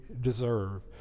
deserve